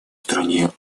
стране